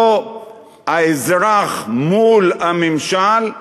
לא האזרח מול הממשל,